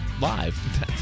live